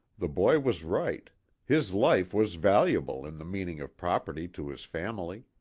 the boy was right his life was valuable in the meaning of property to his family.